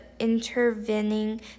intervening